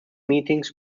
meetings